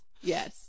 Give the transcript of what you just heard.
Yes